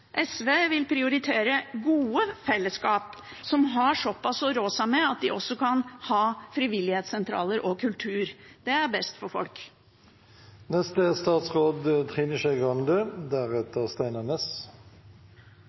SV vil priorite gode fellesskap som har såpass å rå seg med at de også kan ha frivilligsentraler og kultur. Det er best for folk.